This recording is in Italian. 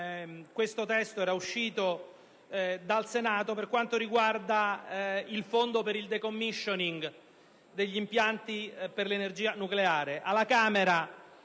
questo testo era stato licenziato dal Senato con riguardo al fondo per il *decommissioning* degli impianti per l'energia nucleare.